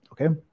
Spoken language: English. okay